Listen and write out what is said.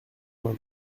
vingt